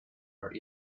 are